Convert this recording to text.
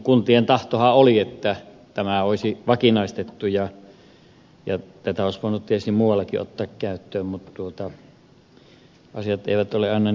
kuntien tahtohan oli että tämä olisi vakinaistettu ja tätä olisi voinut tietysti muuallakin ottaa käyttöön mutta asiat eivät aina ole niin yksipuisia